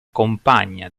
compagna